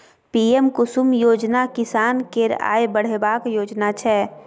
PM Kusum योजना किसान केर आय बढ़ेबाक योजना छै